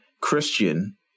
Christian